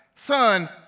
Son